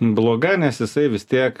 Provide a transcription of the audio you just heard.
bloga nes jisai vis tiek